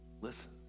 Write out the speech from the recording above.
Listen